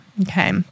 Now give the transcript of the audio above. Okay